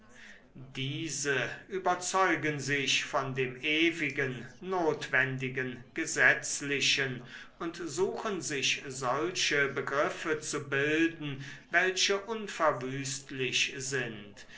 diese überzeugen sich von dem ewigen notwendigen gesetzlichen und suchen sich solche begriffe zu bilden welche unverwüstlich sind